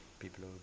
people